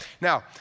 Now